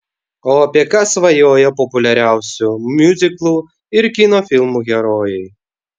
o apie ką svajoja populiariausių miuziklų ir kino filmų herojai